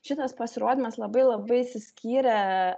šitas pasirodymas labai labai išsiskyrė